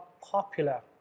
popular